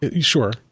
Sure